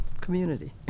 community